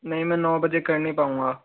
नहीं मैं नौ बजे कर नहीं पाऊंगा